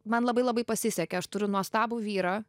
man labai labai pasisekė aš turiu nuostabų vyrą